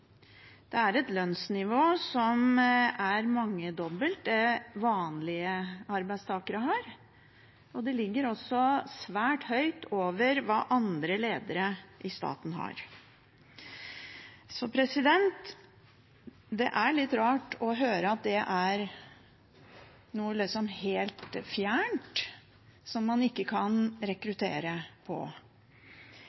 lønn – et lønnsnivå som er mangedobbelt det vanlige arbeidstakere har, og det ligger svært høyt over hva andre ledere i staten har. Det er litt rart å høre at det er noe helt fjernt som man ikke kan